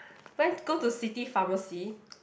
let's go to city pharmacy